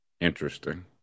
Interesting